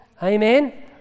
Amen